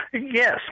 Yes